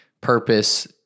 purpose